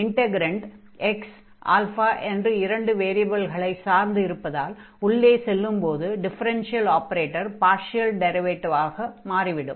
integrand x என்ற இரண்டு வேரியபில்களை சார்ந்து இருப்பதால் உள்ளே செல்லும் டிஃபெரென்ஷியல் ஆபரேட்டர் பார்ஷியல் டிரைவேடிவ் ஆகிவிடும்